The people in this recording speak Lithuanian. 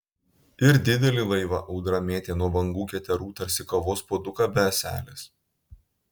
ir didelį laivą audra mėtė nuo bangų keterų tarsi kavos puoduką be ąselės